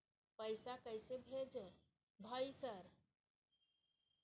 पैसा कैसे भेज भाई सर?